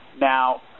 Now